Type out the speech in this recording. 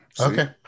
Okay